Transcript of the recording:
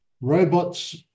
robots